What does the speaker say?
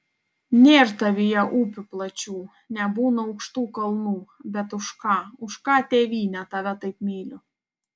nėr tavyje upių plačių nebūna aukštų kalnų bet už ką už ką tėvyne tave taip myliu